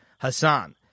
Hassan